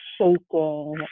shaking